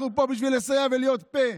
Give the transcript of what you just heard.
אנחנו פה בשביל לסייע ולהיות פה.